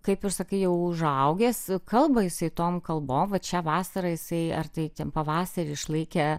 kaip ir sakai jau užaugęs kalba jisai tom kalbom vat šią vasarą jisai ar tai ten pavasarį išlaikė